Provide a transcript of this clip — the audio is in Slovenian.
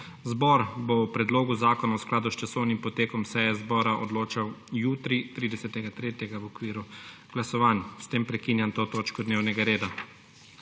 zbor bo o predlogu zakona v skladu s časovnim potekom seje zbora odločal jutri, 30. 3. 2021, v okviru glasovanj. S tem prekinjam to točko dnevnega reda.